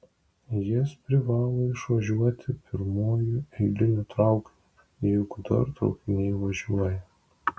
jis privalo išvažiuoti pirmuoju eiliniu traukiniu jeigu dar traukiniai važiuoja